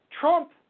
Trump